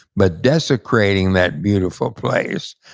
but desecrating that beautiful place.